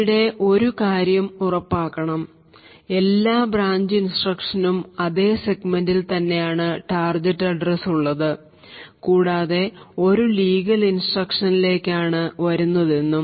ഇവിടെ ഒരു കാര്യം ഉറപ്പാക്കണം എല്ലാം ബ്രാഞ്ച് ഇൻസ്ട്രക്ഷനും അതേ സെഗ്മെന്റിൽ തന്നെയാണ് ടാർജറ്റ് അഡ്രസ്സ് ഉള്ളത് കൂടാതെ ഒരു ലീഗൽ ഇൻസ്ട്രക്ഷൻ ലേക്ക് ആണ് വരുന്നത് എന്നും